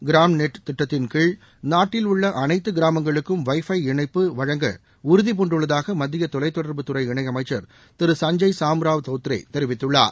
gram net திட்டத்தின் கீழ் நாட்டில் உள்ள அனைத்து கிராமங்களுக்கும் வை ஃபை இணைப்பு வழங்க உறுதிபூண்டுள்ளதாக மத்திய தொலைதொடர்பு துறை இணையமைச்சர் திரு சஞ்சய் சாம்ராவ் தோத்ரே தெரிவித்துள்ளார்